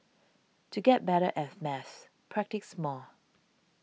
to get better as maths practise more